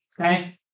Okay